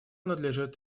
надлежит